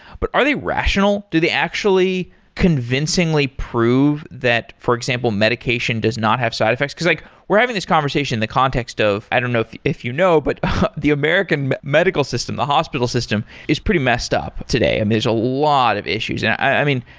but are they rational? do they actually convincingly prove that for example, medication does not have side effects? because like we're having this conversation in the context of, i don't know if if you know, but the american medical system, the hospital system is pretty messed up today and there's a lot of issues. i mean,